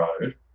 Road